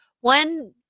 one